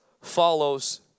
follows